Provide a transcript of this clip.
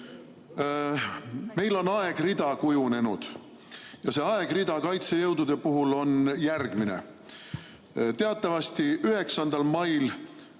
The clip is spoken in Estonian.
Meil on aegrida kujunenud ja see aegrida kaitsejõudude puhul on järgmine. Teatavasti soovitati